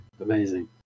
amazing